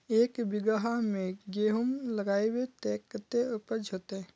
एक बिगहा में गेहूम लगाइबे ते कते उपज होते?